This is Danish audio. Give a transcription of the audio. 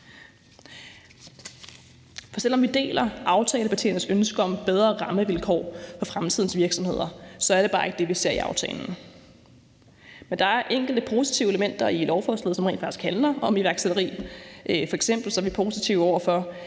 For selv om vi deler aftalepartiernes ønske om bedre rammevilkår for fremtidens virksomheder, er det bare ikke det, vi ser i aftalen. Men der er enkelte positive elementer i lovforslaget, som rent faktisk handler om iværksætteri. F.eks. er vi positive over for